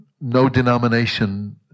no-denomination